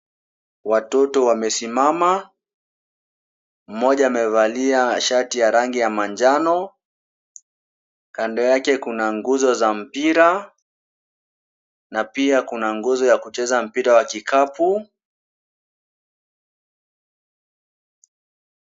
Watoto wamesimama. Mmoja amevalia shati ya rangi ya manjano, kando yake kuna nguzo za mpira. Na pia kuna nguzo ya kucheza mpira wa kikapu.